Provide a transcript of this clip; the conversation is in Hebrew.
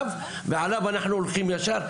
ואנחנו הולכים עליו ישר,